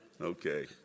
Okay